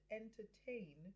entertain